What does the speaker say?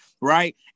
right